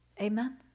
Amen